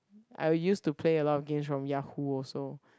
I'll used to play a lot of games from Yahoo also